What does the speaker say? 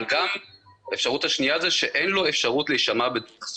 אבל האפשרות השנייה היא שאין לו אפשרות להישמע בדרך זו,